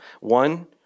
One